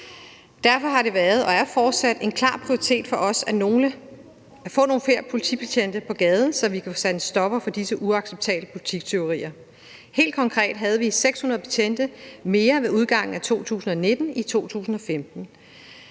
Derfor har det været og er fortsat en klar prioritet for os at få nogle flere politibetjente på gaden, så vi kan få sat en stopper for disse uacceptable butikstyverier. Helt konkret havde vi 600 betjente mere ved udgangen af 2019 end i 2015.